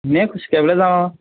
এনেই খোজকাঢ়িবলৈ যাওঁ আৰু